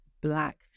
black